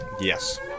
Yes